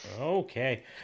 Okay